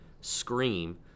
scream